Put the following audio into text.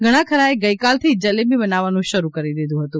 ઘણાખરાએ ગઇકાલથી જ જલેબી બનાવવાનું શરૂ કરી દીધું હતું